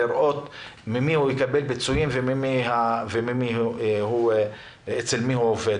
לוודא ממי הוא יקבל פיצויים ואצל מי הוא עובד